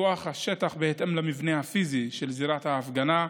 ניתוח השטח בהתאם למבנה הפיזי של זירת ההפגנה,